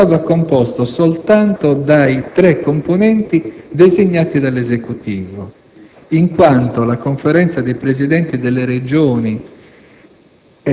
risultava composto soltanto dai tre componenti designati dall'Esecutivo, in quanto la Conferenza dei Presidenti delle Regioni